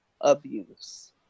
abuse